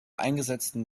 eingesetzten